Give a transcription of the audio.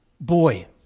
boy